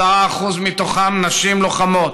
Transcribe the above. ו-10% מתוכם נשים לוחמות,